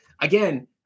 Again